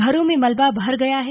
घरों में मलबा भर गया है